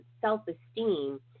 self-esteem